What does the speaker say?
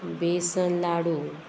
बेसन लाडू